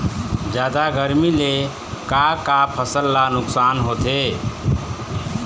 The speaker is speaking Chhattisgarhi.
जादा गरमी ले का का फसल ला नुकसान होथे?